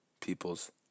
people's